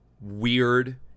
weird